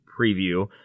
preview